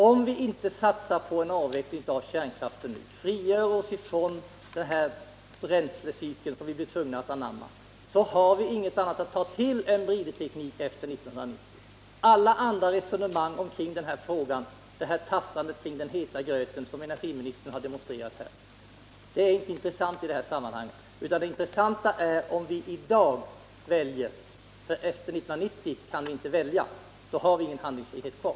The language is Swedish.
Om vi inte satsar på en avveckling av kärnkraften nu och frigör oss från den bränslecykel som vi blir tvungna att anamma, har vi ingenting annat att ta till än bridtekniken efter 1990. Alla andra resonemang omkring denna fråga, detta tassande kring den heta gröten som energiministern har demonstrerat här, är ointressanta i sammanhanget. Det intressanta är hur vi väljer i dag, för efter 1990 kan vi inte välja, då har vi ingen handlingsfrihet kvar.